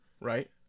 right